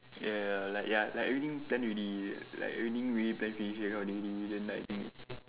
ya ya ya like ya already plan already plan like everything already plan finish already that kind of thing then like thing